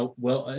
ah well,